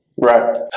Right